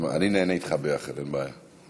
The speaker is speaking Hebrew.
אני נהנה אתך ביחד, אין בעיה.